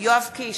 יואב קיש,